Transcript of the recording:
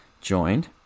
joined